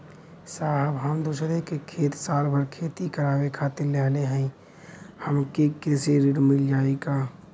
साहब हम दूसरे क खेत साल भर खेती करावे खातिर लेहले हई हमके कृषि ऋण मिल जाई का?